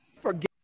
forget